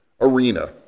arena